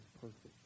perfect